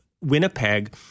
Winnipeg